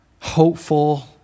hopeful